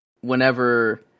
whenever